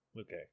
Okay